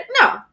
No